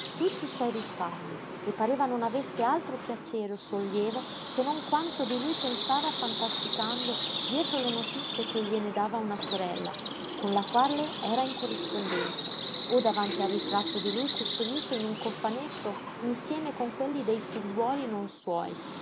tutti i suoi risparmi e pareva non avesse altro piacere o sollievo se non quanto di lui pensava fantasticando dietro le notizie che gliene dava una sorella con la quale era in corrispondenza o davanti al ritratto di lui custodito in un cofanetto insieme con quelli dei figliuoli non suoi